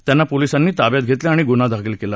त्यांना पोलिसांनी ताब्यात घेतले आणि गुन्हा दाखल केला